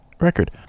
record